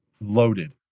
loaded